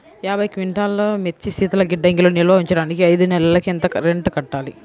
యాభై క్వింటాల్లు మిర్చి శీతల గిడ్డంగిలో నిల్వ ఉంచటానికి ఐదు నెలలకి ఎంత రెంట్ కట్టాలి?